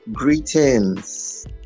Greetings